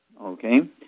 okay